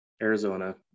Arizona